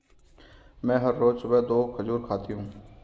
मैं हर रोज सुबह दो खजूर खाती हूँ